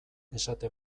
esate